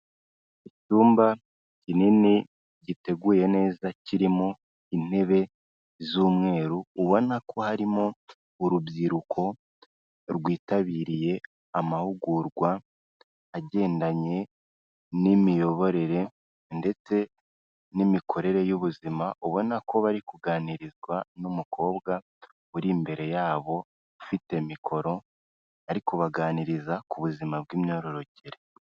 Icyumba kinini giteguye neza kirimo intebe z'umweru, ubona ko harimo urubyiruko rwitabiriye amahugurwa agendanye n'imiyoborere ndetse n'imikorere y'ubuzima, ubona ko bari kuganirizwa n'umukobwa uri imbere yabo ufite mikoro, ari kubaganiriza ku buzima bw'imyororokere.